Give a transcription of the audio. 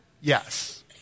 yes